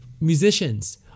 Musicians